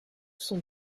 sont